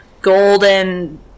golden